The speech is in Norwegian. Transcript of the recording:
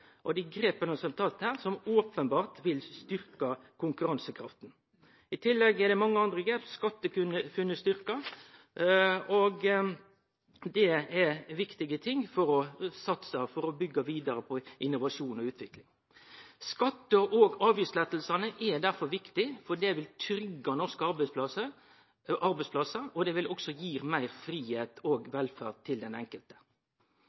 med dei grepa som blir tatt her – openbert vil styrkje konkurransekrafta. I tillegg er det mange andre grep – SkatteFUNN er styrkt – og det er viktige ting for å satse, for å byggje vidare på innovasjon og utvikling. Skatte- og avgiftslettane er derfor viktige fordi det vil tryggje norske arbeidsplassar, og det vil også gi meir fridom og velferd til den enkelte.